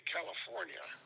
California